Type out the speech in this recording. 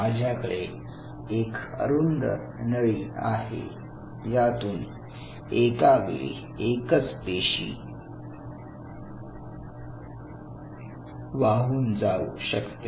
माझ्याकडे एक अरुंद नळी आहे यातून एकावेळी एकच पेशी वाहून जाऊ शकते